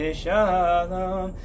shalom